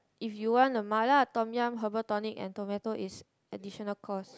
if you want the Mala Tom-yum Herbal tonic and tomato it's additional cost